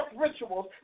rituals